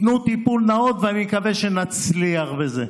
ואני מקווה שנצליח בזה.